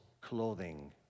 clothing